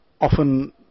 often